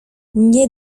nie